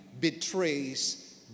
betrays